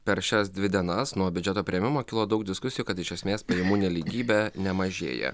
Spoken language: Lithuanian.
per šias dvi dienas nuo biudžeto priėmimo kilo daug diskusijų kad iš esmės pajamų nelygybė nemažėja